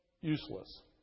useless